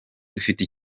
dufite